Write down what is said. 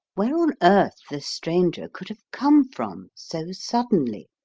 where on earth the stranger could have come from so suddenly.